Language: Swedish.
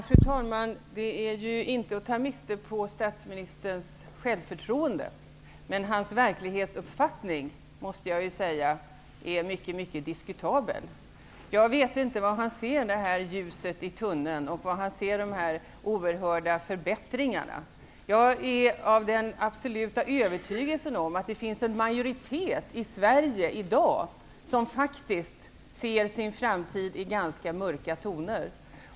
Fru talman! Det är inte att ta miste på statsministerns självförtroende. Men hans verklighetsuppfattning, måste jag ju säga, är mycket mycket diskutabel. Jag vet inte var han ser ljuset i tunneln och var han ser de oerhörda förväntningarna. Det är min absoluta övertygelse att en majoritet i Sverige i dag faktiskt ser sin framtid i ganska mörka toner.